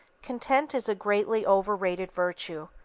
content is a greatly overrated virtue.